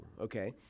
okay